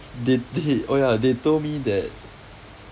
they they oh yeah they told me that